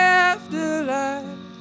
afterlife